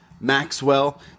Maxwell